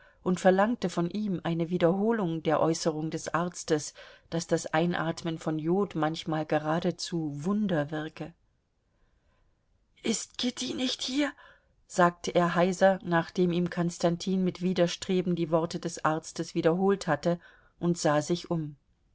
und verlangte von ihm eine wiederholung der äußerung des arztes daß das einatmen von jod manchmal geradezu wunder wirke ist kitty nicht hier sagte er heiser nachdem ihm konstantin mit widerstreben die worte des arztes wiederholt hatte und sah sich um